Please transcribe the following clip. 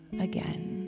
again